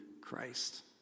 Christ